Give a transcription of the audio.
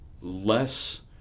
less